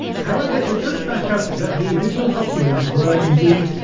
however it does back up that the original documents, were indeed,